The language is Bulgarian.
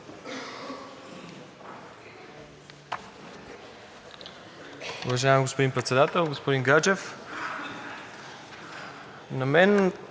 Уважаеми господин Председател! Господин Гаджев, на мен